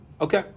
Okay